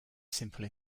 simple